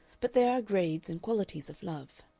but there are grades and qualities of love.